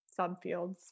subfields